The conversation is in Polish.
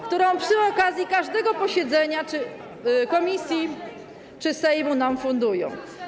którą przy okazji każdego posiedzenia komisji czy Sejmu nam fundują.